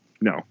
No